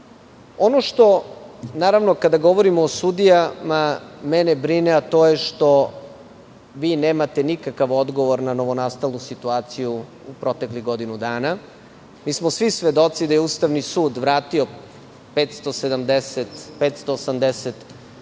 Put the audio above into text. što, naravno, kada govorimo o sudijama mene brine, a to je što vi nemate nikakav odgovor na novonastalu situaciju u proteklih godinu dana. Mi smo svi svedoci da je Ustavni sud vratio 580 sudija,